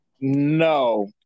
No